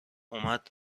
اومد